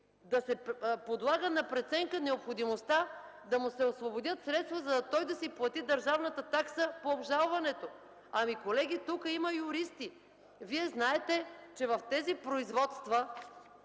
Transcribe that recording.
да се подлага на преценка необходимостта да се освободят средства, за да си плати държавната такса по обжалването? Колеги, тук има юристи. Вие знаете, че в тези производства